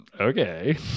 Okay